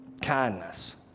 kindness